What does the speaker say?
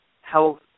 health